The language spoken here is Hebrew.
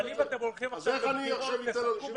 דובר: אבל אם אתם הולכים עכשיו לבחירות,